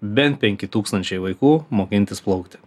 bent penki tūkstančiai vaikų mokintis plaukti